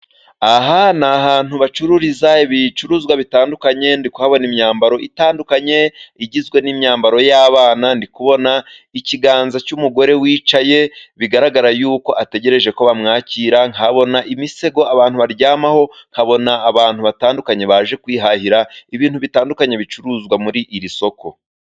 Aha ni ahantu bacururiza ibicuruzwa bitandukanye, ndi kuhabona imyambaro itandukanye igizwe n'imyambaro y'abana, ndikubona ikiganza cy'umugore wicaye bigaragara yuko ategereje ko bamwakira, nkabona imisego abantu baryamaho, nkabona abantu batandukanye baje kwihahira ibintu bitandukanye bicuruzwa muri iri soko.